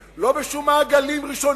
לא בשום תאריכים ולא בשום מעגלים ראשוניים,